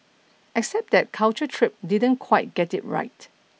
except that culture trip didn't quite get it right